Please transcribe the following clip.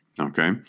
Okay